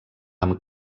amb